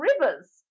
rivers